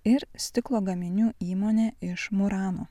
ir stiklo gaminių įmonė iš murano